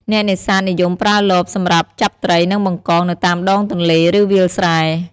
អ្នកនេសាទនិយមប្រើលបសម្រាប់ចាប់ត្រីនិងបង្កងនៅតាមដងទន្លេឬវាលស្រែ។